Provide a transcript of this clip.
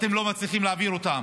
ואתם לא מצליחים להעביר אותם.